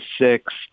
six